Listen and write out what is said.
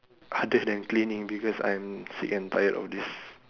other then cleaning because I'm sick and tired of this